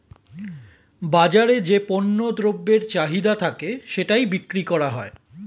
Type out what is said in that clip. বাজারে যে পণ্য দ্রব্যের চাহিদা থাকে সেটাই বিক্রি করা হয়